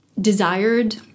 desired